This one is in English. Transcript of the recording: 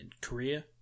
Korea